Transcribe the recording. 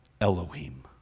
Elohim